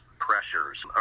pressures